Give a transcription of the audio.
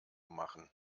machen